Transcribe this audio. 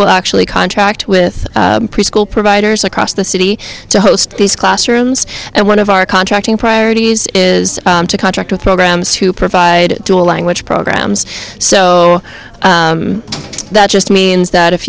will actually contract with preschool providers across the city to host these classrooms and one of our contracting priorities is to contract with programs to provide dual language programs so that just means that if